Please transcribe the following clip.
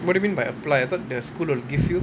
what do you mean by apply I thought the school will give you